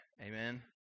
Amen